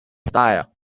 style